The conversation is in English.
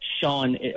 Sean